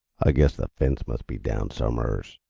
i guess the fence must be down som'ers.